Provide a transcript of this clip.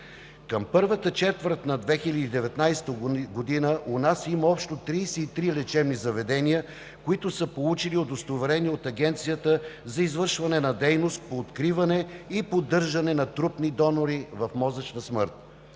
Към първата четвърт на 2019 г. у нас има общо 33 лечебни заведения, които са получили удостоверение от Агенцията за извършване на дейност по откриване и поддържане на трупни донори в мозъчна смърт.